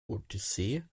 odyssee